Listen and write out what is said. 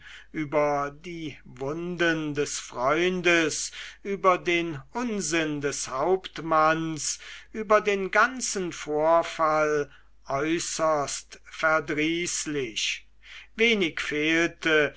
über die wunden des freundes über den unsinn des hauptmanns über den ganzen vorfall äußerst verdrießlich wenig fehlte